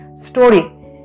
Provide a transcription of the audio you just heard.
story